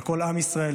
לכל עם ישראל,